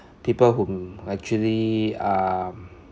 people who actually um